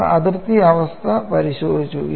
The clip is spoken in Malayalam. നമ്മൾ അതിർത്തി അവസ്ഥ പരിശോധിച്ചു